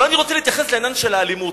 אבל אני רוצה להתייחס לעניין של האלימות.